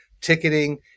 ticketing